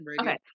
Okay